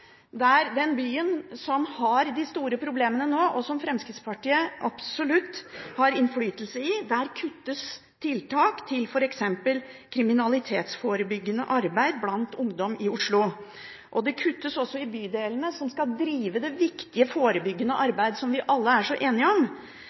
den byen som har de store problemene nå, og som Fremskrittspartiet absolutt har innflytelse i. Der kuttes det i tiltak til f.eks. kriminalitetsforebyggende arbeid blant ungdom, og det kuttes også i bydelene, som skal drive det viktige forebyggende